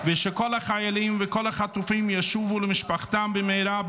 ושכל החיילים וכל החטופים ישובו למשפחותיהם במהרה,